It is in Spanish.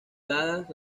dadas